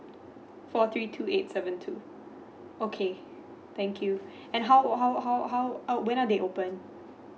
four three two eight seven two okay thank you and how how how how uh when are they open